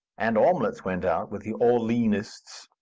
and omelettes went out with the orleanists.